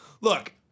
look